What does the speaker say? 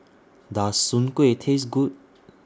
Does Soon Kway Taste Good